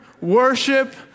worship